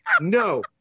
No